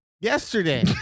Yesterday